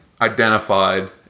identified